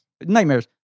nightmares